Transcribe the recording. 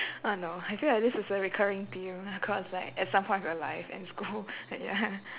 oh no I feel like this is a recurring theme across like at some part of your life and school but ya